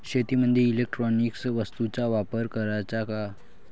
शेतीमंदी इलेक्ट्रॉनिक वस्तूचा वापर कराचा का?